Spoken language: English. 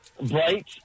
Bright